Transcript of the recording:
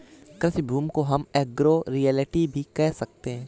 कृषि भूमि को हम एग्रो रियल्टी भी कह सकते है